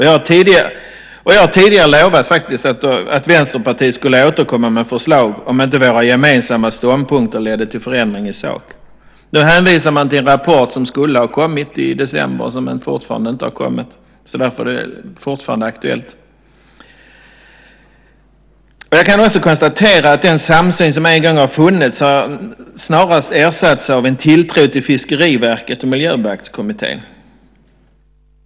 Jag har tidigare lovat att Vänsterpartiet skulle återkomma med förslag om inte våra gemensamma ståndpunkter ledde till förändring i sak. Nu hänvisar man till en rapport som skulle ha kommit i december, som fortfarande inte har kommit. Därför är det fortfarande aktuellt. Jag kan också konstatera att den samsyn som en gång har funnits snarast har ersatts av en tilltro till Fiskeriverket och Miljöbalkskommittén.